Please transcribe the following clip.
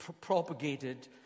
propagated